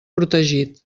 protegit